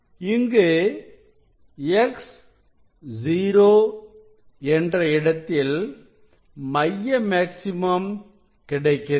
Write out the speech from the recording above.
இங்கு X0 என்ற இடத்தில் மைய மேக்ஸிமம் கிடைக்கிறது